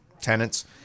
tenants